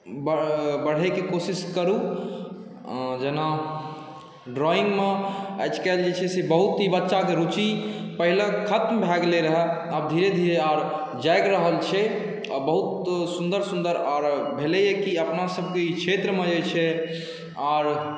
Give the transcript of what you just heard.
बढ़ैके कोशिश करू जेना ड्राइङ्गमे आइकाल्हिके बहुत ही बच्चाके रुचि पहिले खत्म भऽ गेलै रहै आब धीरे धीरे आब जागि रहल छै आओर बहुत सुन्दर सुन्दर आओर भेलैए कि अपनासबके ई क्षेत्रमे जे छै आओर